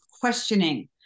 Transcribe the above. questioning